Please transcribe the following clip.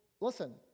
listen